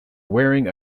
wearing